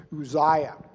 Uzziah